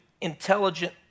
intelligent